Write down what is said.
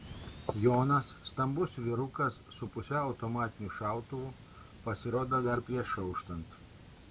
jonas stambus vyrukas su pusiau automatiniu šautuvu pasirodo dar prieš auštant